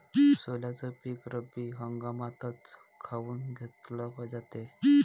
सोल्याचं पीक रब्बी हंगामातच काऊन घेतलं जाते?